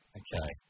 okay